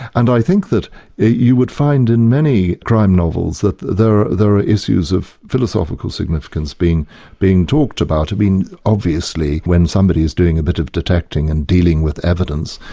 and i think that you would find in many crime novels that there there are issues of philosophical significance being being talked about. i mean obviously when somebody is doing a bit of detecting and dealing with evidence,